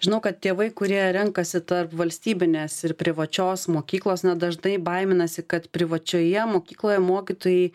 žinau kad tėvai kurie renkasi tarp valstybinės ir privačios mokyklos dažnai baiminasi kad privačioje mokykloje mokytojai